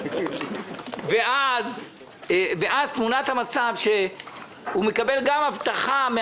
ואז תמונת המצב, שהוא מקבל גם אבטחה.